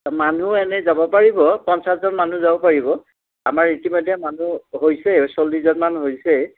মানুহ এনেই যাব পাৰিব পঞ্চাছজন মানুহ যাব পাৰিব আমাৰ ইতিমধ্যে মানুহ হৈছে চল্লিছজনমান হৈছেই